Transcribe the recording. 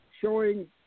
showing